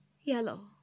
yellow